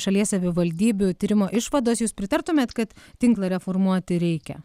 šalies savivaldybių tyrimo išvados jus pritartumėt kad tinklą reformuoti reikia